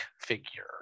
figure